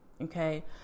okay